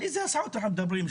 על איזה הסעות אנחנו מדברים?